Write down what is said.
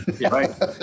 right